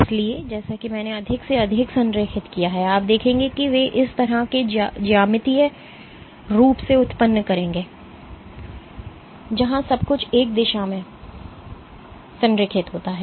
इसलिए जैसा कि मैंने अधिक से अधिक संरेखित किया है आप देखेंगे कि वे इस तरह के ज्यामितीय रूप से उत्पन्न करेंगे जहां सब कुछ एक दिशा में संरेखित होता है